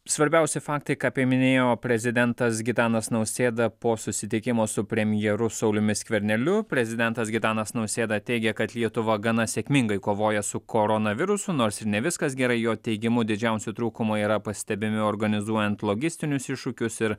svarbiausi faktai ką pieminėjo prezidentas gitanas nausėda po susitikimo su premjeru sauliumi skverneliu prezidentas gitanas nausėda teigė kad lietuva gana sėkmingai kovoja su koronavirusu nors ir ne viskas gerai jo teigimu didžiausi trūkumai yra pastebimi organizuojant logistinius iššūkius ir